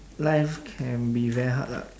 life can be very hard lah